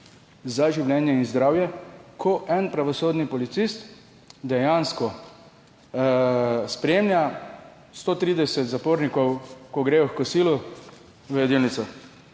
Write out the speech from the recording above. za življenje in zdravje, ko en pravosodni policist dejansko spremlja 130 zapornikov, ko gredo h kosilu v jedilnico.